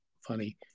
funny